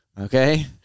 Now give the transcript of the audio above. Okay